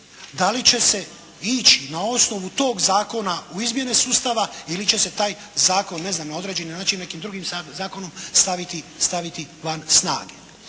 da li će se ići na osnovu tog zakona u izmjene sustava ili će se taj zakon ne znam na određeni način nekim drugim zakonom staviti van snage